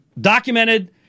documented